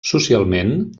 socialment